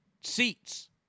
seats